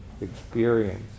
experience